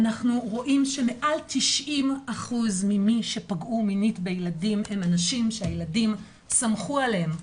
רואים שמעל 90% ממי משפגעו מינית בילדים הם אנשים שהילדים סמכו עליהם.